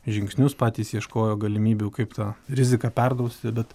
žingsnius patys ieškojo galimybių kaip tą riziką perdrausti bet